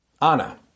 Anna